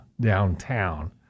downtown